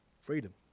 freedom